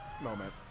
moment